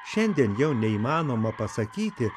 šiandien jau neįmanoma pasakyti